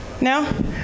no